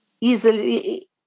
easily